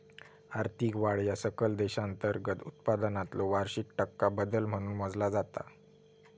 आर्थिक वाढ ह्या सकल देशांतर्गत उत्पादनातलो वार्षिक टक्का बदल म्हणून मोजला जाता